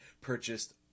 purchased